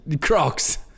Crocs